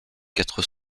quatre